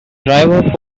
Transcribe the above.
diver